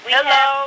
Hello